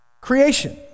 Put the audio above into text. creation